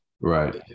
Right